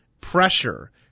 pressure